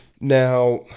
Now